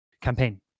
campaign